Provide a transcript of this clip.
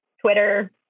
Twitter